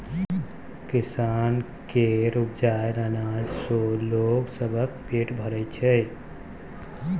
किसान केर उपजाएल अनाज सँ लोग सबक पेट भरइ छै